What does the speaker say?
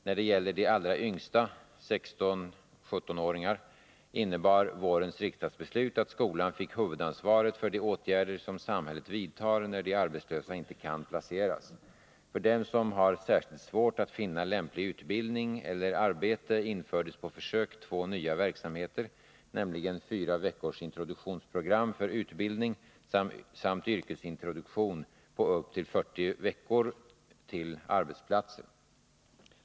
När det gäller de allra yngsta innebar vårens riksdagsbeslut att skolan fick huvudansvaret för de åtgärder som samhället vidtar när de arbetslösa inte kan placeras. För dem som har särskilt svårt att finna lämplig utbildning eller arbete infördes på försök två nya verksamheter, nämligen fyra veckors introduktionsprogram för utbildning samt yrkesintroduktion på upp till 40 veckor till arbetsplatser.